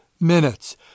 minutes